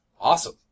Awesome